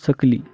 चकली